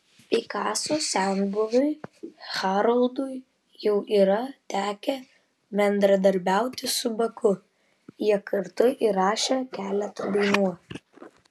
pikaso senbuviui haroldui jau yra tekę bendradarbiauti su baku jie kartu įrašė keletą dainų